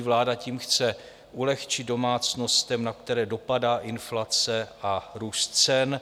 Vláda tím chce ulehčit domácnostem, na které dopadá inflace a růst cen.